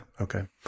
Okay